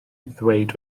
ddweud